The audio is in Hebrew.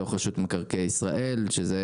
בתוך רשות מקרקעי ישראל, שזה,